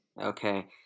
Okay